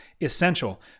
essential